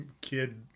kid